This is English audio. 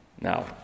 Now